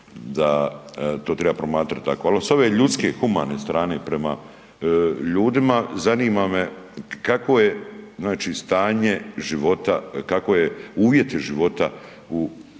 da to treba promatrati tako. Ali s ove ljudske humane strane prema ljudima zanima me kako je stanje života kako je uvjeti života u